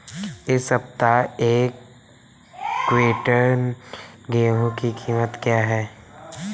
इस सप्ताह एक क्विंटल गेहूँ की कीमत क्या है?